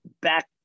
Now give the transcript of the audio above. back